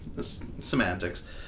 semantics